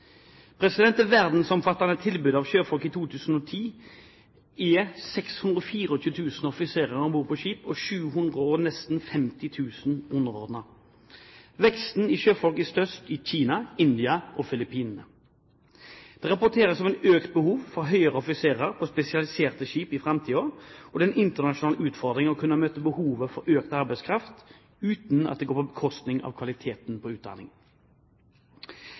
Det verdensomfattende tilbudet av sjøfolk i 2010 er 624 000 offiserer om bord på skip og nesten 750 000 underordnede. Veksten i antallet sjøfolk er størst i Kina, India og på Filippinene. Det rapporteres om et økt behov for høyere offiserer på spesialiserte skip i framtiden. Det er en internasjonal utfordring å kunne møte behovet for økt arbeidskraft uten at det går på bekostning av kvaliteten på